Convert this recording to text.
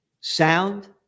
sound